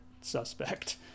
suspect